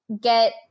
get